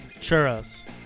Churros